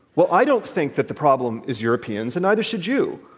well, i don't think that the problem is europeans, and neither should you.